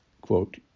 quote